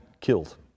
killed